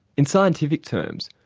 in scientific terms,